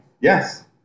Yes